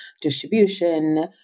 distribution